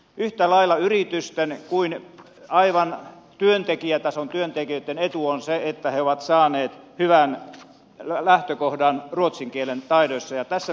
yhtä lailla yritysten kuin aivan työntekijätason työntekijöitten etu on se että he ovat saaneet hyvän lähtökohdan ruotsin kielen taidoissa